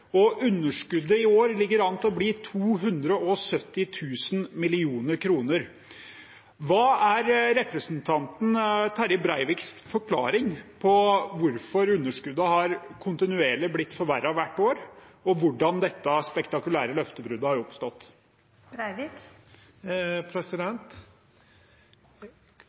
og underskuddet i år ligger an til å bli 270 000 mill. kr. Hva er representanten Terje Breiviks forklaring på hvorfor underskuddet kontinuerlig har blitt forverret hvert år, og hvordan dette spektakulære løftebruddet har oppstått?